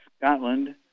Scotland